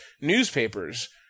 newspapers